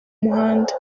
muhanda